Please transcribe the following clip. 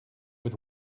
with